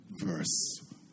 verse